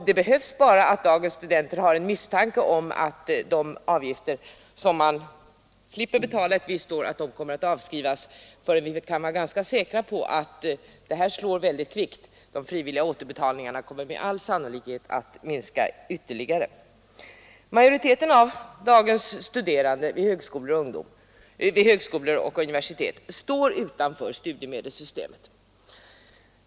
Det behövs bara att dagens studenter har en misstanke om att de avgifter som man slipper betala ett visst år kommer att avskrivas för att vi kan vara säkra på att effekten kommer mycket kvickt; de frivilliga återbetalningarna kommer säkert att minska ytterligare. Majoriteten av dagens studerande vid högskolor och universitet står utanför studiemedelssystemet.